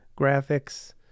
graphics